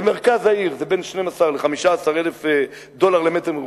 במרכז העיר זה בין 12,000 ל-15,000 דולר למ"ר,